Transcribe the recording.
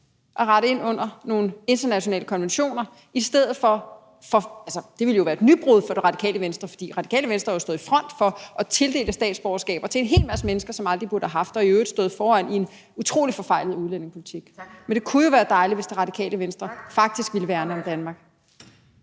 at rette ind efter nogle internationale konventioner i stedet for at værne om Danmark? Det ville jo være et nybrud for Det Radikale Venstre, for Radikale Venstre har jo stået i front for at tildele statsborgerskaber til en hel masse mennesker, som aldrig burde have haft det, og i øvrigt stået foran i en utrolig forfejlet udlændingepolitik. Men det kunne jo være dejligt, hvis Det Radikale Venstre faktisk ville værne om Danmark.